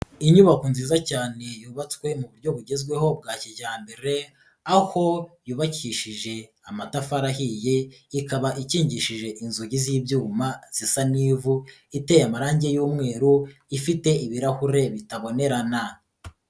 Inyubako nziza cyane yubatswe mu buryo bugezweho bwa kijyambere, aho yubakishije amatafari ahiye ikaba ikingishije inzugi z'ibyuma zisa n'ivu, iteye amarangi y'umweru ifite ibirahure bitabonerana.